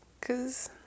Cause